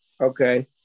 okay